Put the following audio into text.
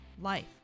life